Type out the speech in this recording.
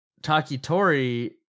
Takitori